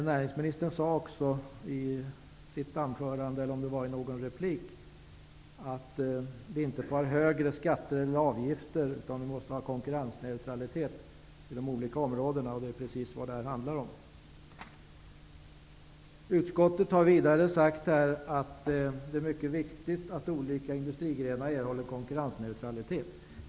Näringsministern sade också här i dag att det inte skall bli högre skatter eller avgifter utan att det behövs konkurrensneutralitet inom de olika områdena. Det är precis vad det här handlar om. Utskottet har vidare sagt att det är mycket viktigt att olika industrigrenar erhåller konkurrensneutralitet.